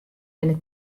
binne